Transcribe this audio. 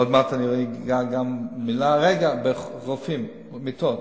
עוד מעט אני אגע גם מלה, רגע, ברופאים ומיטות.